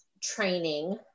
training